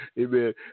Amen